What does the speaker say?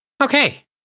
Okay